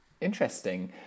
interesting